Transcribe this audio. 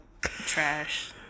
trash